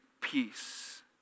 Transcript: peace